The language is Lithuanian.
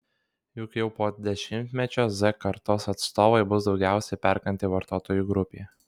juk jau po dešimtmečio z kartos atstovai bus daugiausiai perkanti vartotojų grupė